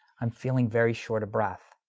i'm feeling very short of breath,